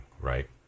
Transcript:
right